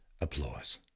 applause